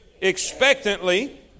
expectantly